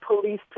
police